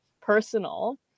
personal